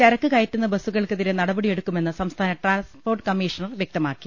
ചരക്കു കയറ്റുന്ന ബസ്സുകൾക്കെതിരെ നടപടി എടു ക്കുമെന്ന് സംസ്ഥാന ട്രാൻസ്പോർട്ട് കമ്മീഷണർ വൃക്തമാക്കി